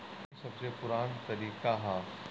ई सबसे पुरान तरीका हअ